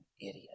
idiot